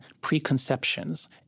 preconceptions